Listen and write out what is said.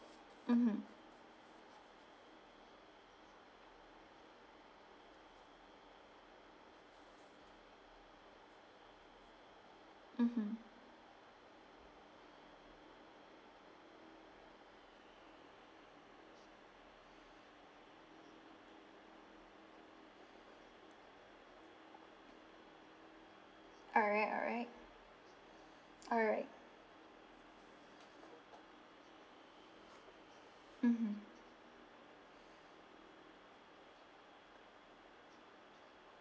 mmhmm mmhmm alright alright alright mmhmm